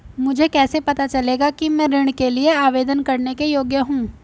मुझे कैसे पता चलेगा कि मैं ऋण के लिए आवेदन करने के योग्य हूँ?